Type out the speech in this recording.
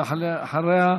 ואחריה,